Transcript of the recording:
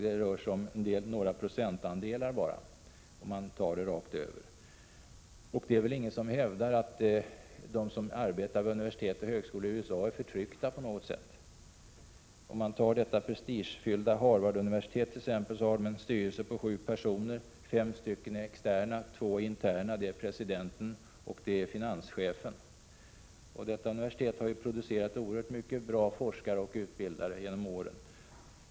Det rör sig om bara några procent, taget rakt över. Det är väl ingen som hävdar att de som arbetar vid universitet och högskolor i USA är förtryckta på något sätt? Ta t.ex. det prestigefyllda Harvarduniversitetet. Det har en styrelse på sju personer — fem externa och två interna, nämligen presidenten och finanschefen. Detta universitet har ju producerat oerhört mycket bra forskare och utbildare genom åren.